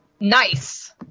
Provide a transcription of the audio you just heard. Nice